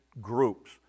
groups